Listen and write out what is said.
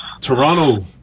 Toronto